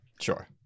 Sure